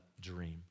dream